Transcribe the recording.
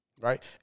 right